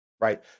right